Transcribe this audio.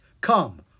Come